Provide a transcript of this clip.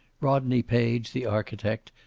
rodney page, the architect,